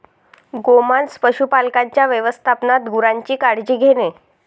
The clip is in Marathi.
गोमांस पशुपालकांच्या व्यवस्थापनात गुरांची काळजी घेणे